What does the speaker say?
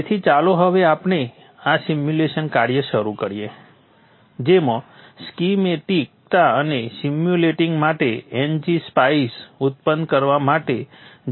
તેથી ચાલો હવે આપણે આ સિમ્યુલેશન કાર્ય શરૂ કરીએ જેમાં સ્કીમેટિકતા અને સિમ્યુલેટિંગ માટે ngSpice ઉત્પન્ન કરવા માટે gEDA નો ઉપયોગ કરવામાં આવે છે